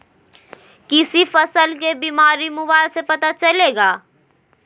किसी फसल के बीमारी मोबाइल से कैसे पता चलेगा?